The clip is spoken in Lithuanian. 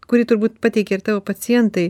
kurį turbūt pateikia ir tavo pacientai